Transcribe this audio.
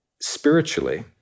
spiritually